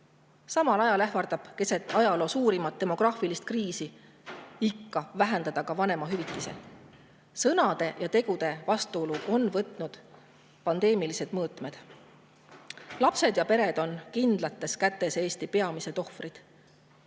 Samal ajal ähvardatakse keset ajaloo suurimat demograafilist kriisi vähendada ka vanemahüvitist. Sõnade ja tegude vastuolu on võtnud pandeemilised mõõtmed. Lapsed ja pered on "kindlates kätes" Eesti peamised ohvrid.